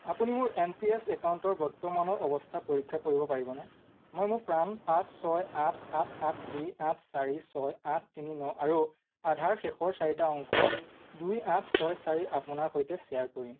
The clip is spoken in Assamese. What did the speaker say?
আপুনি মোৰ এন পি এছ একাউণ্টৰ বৰ্তমানৰ অৱস্থা পৰীক্ষা কৰিব পাৰিবনে মই মোৰ পান পাঁচ ছয় আঠ সাত সাত দুই আঠ চাৰি ছয় আঠ তিনি ন আৰু আধাৰ শেষৰ চাৰিটা অংক দুই আঠ ছয় চাৰি আপোনাৰ সৈতে শ্বেয়াৰ কৰিম